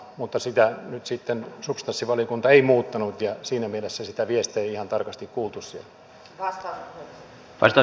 mutta sitä nyt sitten substanssivaliokunta ei muuttanut ja siinä mielessä sitä viestiä ei ihan tarkasti kuultu siellä